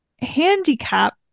handicap